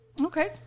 Okay